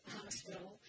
hospital